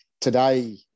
today